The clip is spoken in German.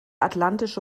atlantische